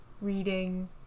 reading